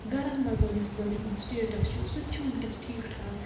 گَرَن منٛز یُس زن یِہُنٛد سٹٮ۪ٹس چھُ سُہ تہِ چھُ وٕنۍکٮ۪س ٹھیٖک ٹھاک